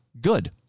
good